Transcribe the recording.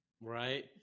Right